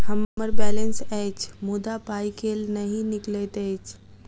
हम्मर बैलेंस अछि मुदा पाई केल नहि निकलैत अछि?